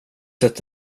sett